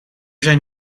zijn